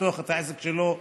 לפתוח את העסק שלו,